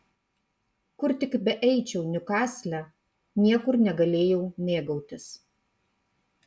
kur tik beeičiau niukasle niekur negalėjau mėgautis